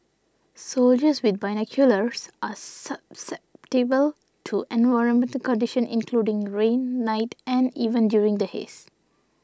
soldiers with binoculars are susceptible to environmental conditions including rain night and even during the haze